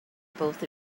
both